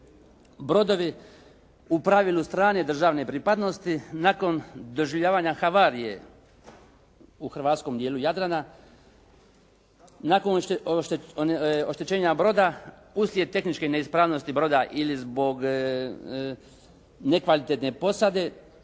brodovi u pravilu strane državne pripadnosti nakon doživljavanja havarije u hrvatskom dijelu Jadrana nakon oštećenja broda uslijed tehničke neispravnosti broda ili zbog nekvalitetne posade